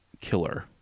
killer